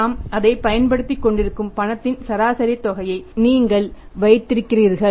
நாம் அதைப் பயன்படுத்திக்கொண்டிருக்கும் பணத்தின் சராசரி தொகையை நீங்கள் வைத்திருக்கிறீர்கள்